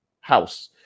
house